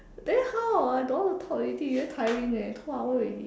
then how I don't want talk already very tiring eh two hour already